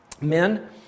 Men